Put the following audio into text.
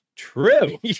True